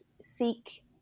seek